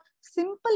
simple